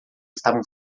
estavam